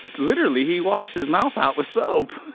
literally, he washed his mouth out with soap.